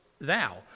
thou